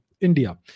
India